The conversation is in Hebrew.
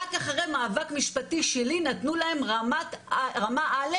רק אחרי מאבק משפטי שלי נתנו להם רמה א',